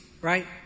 right